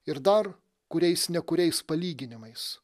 ir dar kuriais ne kuriais palyginimais